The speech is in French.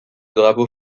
drapeau